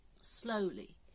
slowly